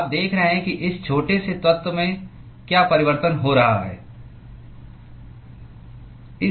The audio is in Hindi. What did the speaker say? आप देख रहे हैं कि इस छोटे से तत्व में क्या परिवर्तन हो रहा है